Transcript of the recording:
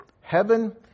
Heaven